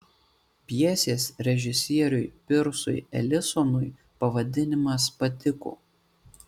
pjesės režisieriui pirsui elisonui pavadinimas patiko